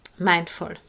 mindful